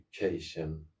education